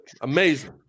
Amazing